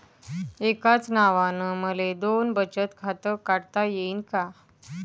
एकाच नावानं मले दोन बचत खातं काढता येईन का?